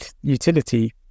utility